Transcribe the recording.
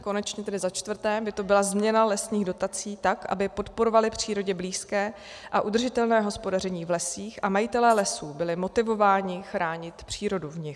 Konečně za čtvrté by to byla změna lesních dotací tak, aby podporovaly přírodě blízké a udržitelné hospodaření v lesích a majitelé lesů byli motivováni chránit přírodu v nich.